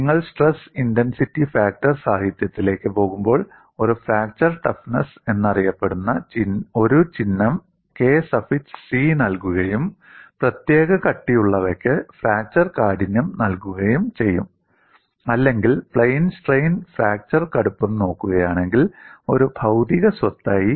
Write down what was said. നിങ്ങൾ stress intensity factor സാഹിത്യത്തിലേക്ക് പോകുമ്പോൾ ഒരു ഫ്രാക്ചർ ടഫ്നെസ് എന്നറിയപ്പെടുന്ന ഒരു ചിഹ്നം K സഫിക്സ് C നൽകുകയും പ്രത്യേക കട്ടിയുള്ളവയ്ക്ക് ഫ്രാക്ചർ കാഠിന്യം നൽകുകയും ചെയ്യും അല്ലെങ്കിൽ പ്ലെയിൻ സ്ട്രെയിൻ ഫ്രാക്ചർ കടുപ്പം നോക്കുകയാണെങ്കിൽ ഒരു ഭൌതിക സ്വത്തായി